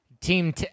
Team